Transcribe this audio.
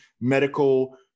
medical